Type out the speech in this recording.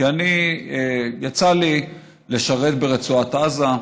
כי יצא לי לשרת ברצועת עזה,